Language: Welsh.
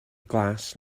glas